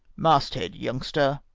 mast-head, youngster!